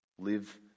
Live